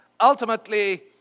ultimately